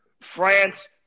France